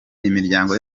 imiryango